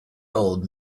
old